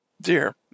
dear